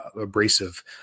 abrasive